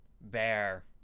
Bear